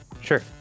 Sure